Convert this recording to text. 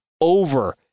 over